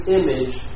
image